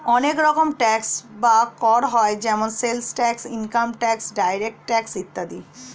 অনেক রকম ট্যাক্স বা কর হয় যেমন sales tax, income tax, direct tax ইত্যাদি